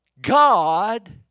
God